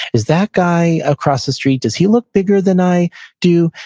is that guy across the street, does he look bigger than i do?